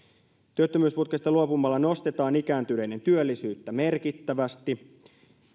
työttömyysputkesta luopumalla nostetaan ikääntyneiden työllisyyttä merkittävästi